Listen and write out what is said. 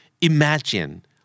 Imagine